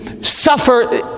suffer